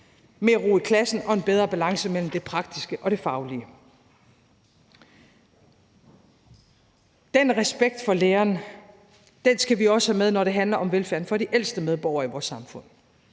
mere ro i klassen og en bedre balance mellem det praktiske og det faglige. Den respekt for lærerne skal vi også have med, når det handler om velfærden for de ældste medborgere i vores samfund,